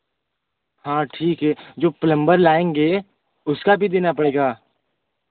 हाँ ठीक है जो प्लंबर लाएँगे उसका भी देना पड़ेगा